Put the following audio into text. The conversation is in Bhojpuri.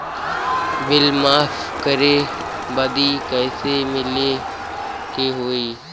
बिल माफ करे बदी कैसे मिले के होई?